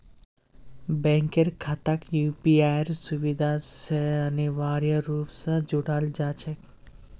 बैंकेर खाताक यूपीआईर सुविधा स अनिवार्य रूप स जोडाल जा छेक